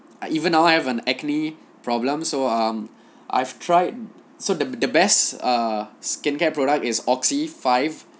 I even on off have uh acne problem so um I've tried so the the best err skincare product is oxy five